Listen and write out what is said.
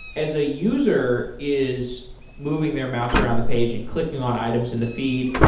as a user is moving their mouse around the page and clicking on items in the feed,